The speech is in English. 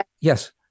yes